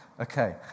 okay